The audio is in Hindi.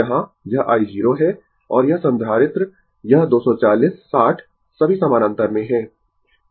यहां यह i 0 है और यह संधारित्र यह 240 60 सभी समानांतर में है